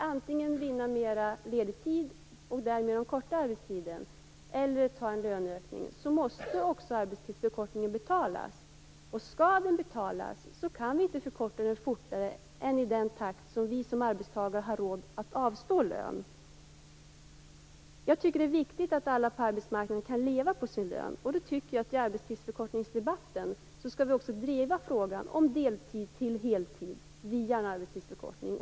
Antingen vinner vi mera ledig tid och förkortar arbetstiden eller så tar vi en löneökning. Arbetstidsförkortningen måste betalas. Och om den skall betalas kan man inte förkorta tiden i en snabbare takt än att vi som arbetstagare har råd att avstå från löneökningar. Det är viktigt att alla på arbetsmarknaden kan leva på sin lön. I debatten om arbetstidsförkortningen skall vi också driva frågan om att gå från deltid till heltid via en arbetstidsförkortning.